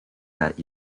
that